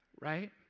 right